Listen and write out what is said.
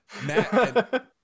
Matt